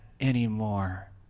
anymore